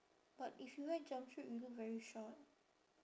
but if you wear jumpsuit you look very short